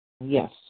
Yes